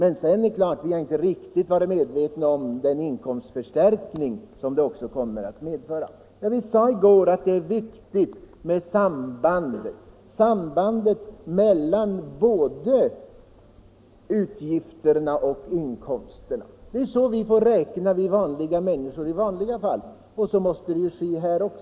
Ja, men är man inte medveten om den inkomstförstärkning som också kommer att uppstå? Vi sade i går att det är viktigt med sambandet mellan utgifter och inkomster. Så får vi vanliga människor räkna, och så måste ske även här.